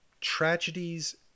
tragedies